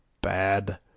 bad